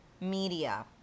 media